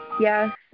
Yes